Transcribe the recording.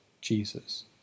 Jesus